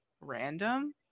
random